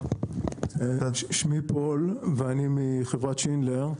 שמי פול, ואני מחברת שינדלר.